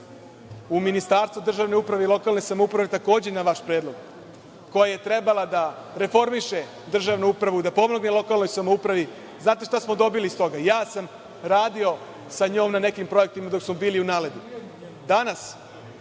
u Ministarstvo državne uprave i lokalne samouprave takođe na vaš predlog, koja je trebala da reformiše državnu upravu i da pomogne lokalnoj samoupravi. Znate li šta smo dobili iz toga? Ja sam radio sa njom na nekim projektima, dok smo bili u NALED-u. Danas